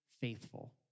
faithful